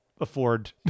afford